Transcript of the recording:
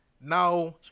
Now